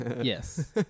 yes